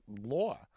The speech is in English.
law